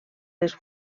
les